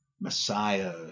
Messiah